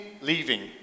leaving